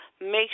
make